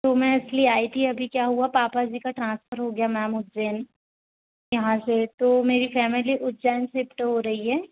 तो मैं इसलिए आई थी अभी क्या हुआ पापा जी का ट्रांसफर हो गया मैम उस दिन यहाँ से तो मेरी फ़ैमिली उज्जैन शिफ़्ट हो रही है